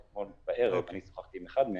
כי אתמול בערב שוחחתי עם אחד מהם,